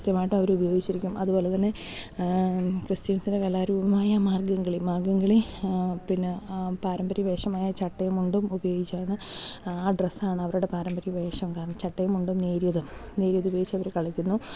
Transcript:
കൃത്യമായിട്ട് അവർ ഉപയോഗിച്ചിരിക്കും അതുപോലെ തന്നെ ക്രിസ്ത്യൻസിന് കലാരൂപമായ മാർഗം കളി മാർഗം കളി പിന്നെ പാരമ്പര്യ വേഷമായ ചട്ടയും മുണ്ടും ഉപയോഗിച്ചാണ് ആ ഡ്രസ്സാണ് അവരുടെ പാരമ്പര്യ വേഷം കാരണം ചട്ടയും മുണ്ടും നേരിയതും നേരിയതുപയോഗിച്ചു അവർ കളിക്കുന്നു